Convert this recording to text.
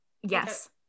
Yes